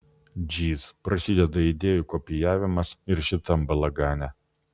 džyz prasideda idėjų kopijavimas ir šitam balagane